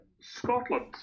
scotland